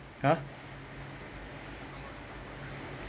!huh!